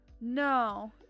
No